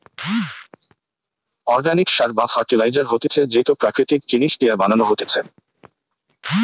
organic সার বা fertiliser হতিছে যেইটো প্রাকৃতিক জিনিস দিয়া বানানো হতিছে